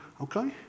okay